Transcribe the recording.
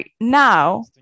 now